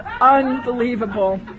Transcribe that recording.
unbelievable